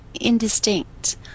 indistinct